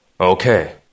Okay